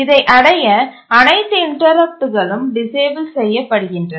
இதை அடைய அனைத்து இன்டரப்ட்டடுகளும் டிசேபிள் செய்ய படுகின்றன